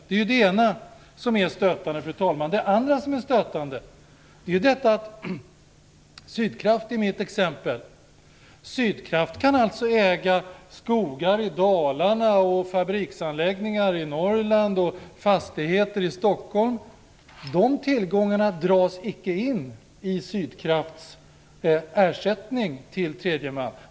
Det är det ena som är stötande, fru talman. Det andra som är stötande är att Sydkraft i mitt exempel kan äga skogar i Dalarna, fabriksanläggningar i Norrland och fastigheter i Stockholm utan att tillgångarna dras in i Sydkrafts ersättning till tredje man.